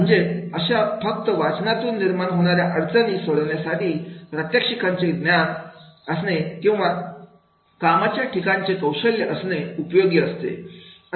म्हणजे अशा फक्त वाचनातून निर्माण होणाऱ्या अडचणी सोडवण्यासाठी प्रात्यक्षिकांचे ज्ञान असणे किंवा कामाच्या ठिकाणचं कौशल्य असणे उपयोगी असते